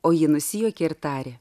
o ji nusijuokė ir tarė